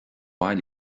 mhaith